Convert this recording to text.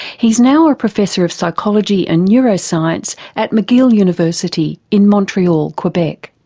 he's now a professor of psychology and neuroscience at mcgill university in montreal quebec.